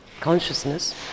consciousness